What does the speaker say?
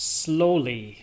slowly